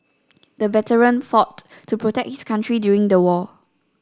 the veteran fought to protect his country during the war